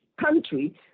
country